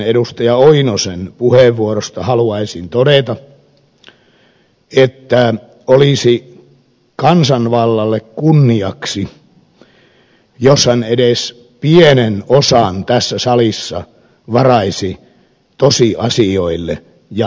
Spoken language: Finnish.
pentti oinosen puheenvuorosta haluaisin todeta että olisi kansanvallalle kunniaksi jos hän edes pienen osan tässä salissa varaisi tosiasioille ja totuudelle